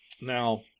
Now